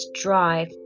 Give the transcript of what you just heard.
Drive